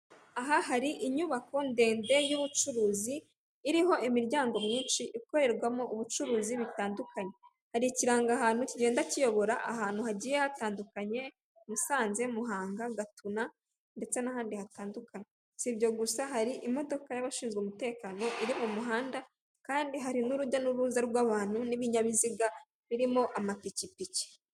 Aha hari inyubako ndende y'ubucuruzi, iriho imiryango myinshi ikorerwamo ubucuruzi, butandukanye, hari ikiranga ahantu kigenda kiyobora ahantu hagiye hatandukanye, musanze, muhanga, gatuna ndetse n'ahandi hatandukanye, s'ibyo gusa hari imodoka y'abashinzwe umutekano, iri mu muhanda hari n'urujya n'uruza rw'abantu n'ibinyabiziga birimo amapikipiki.